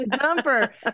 jumper